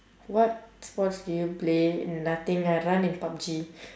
what sports do you play nothing I run in PUB-G